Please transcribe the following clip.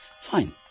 Fine